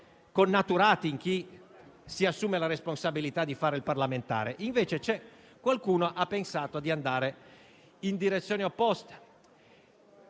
connaturati in chi si assume la responsabilità di fare il parlamentare. Invece qualcuno ha pensato di andare in direzione opposta.